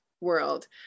world